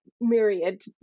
myriad